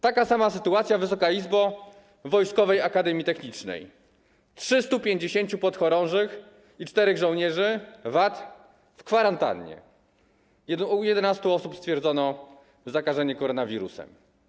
Taka sama sytuacja, Wysoka Izbo, jest w Wojskowej Akademii Technicznej: 350 podchorążych i czterech żołnierzy WAT jest w kwarantannie, u 11 osób stwierdzono zakażenie koronawirusem.